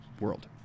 world